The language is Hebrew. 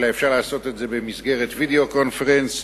אלא אפשר לעשות את זה במסגרת "וידיאו קונפרנס"